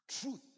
Truth